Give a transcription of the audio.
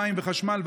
מים וחשמל,